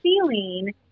feeling